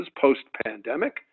post-pandemic